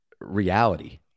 reality